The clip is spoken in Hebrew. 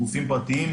בגופים פרטיים,